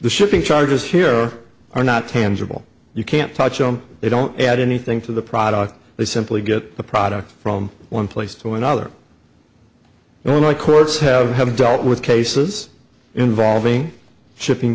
the shipping charges here are not tangible you can't touch them they don't add anything to the product they simply get the product from one place to another and only courts have dealt with cases involving shipping